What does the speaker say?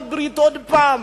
לעשות ברית עוד פעם,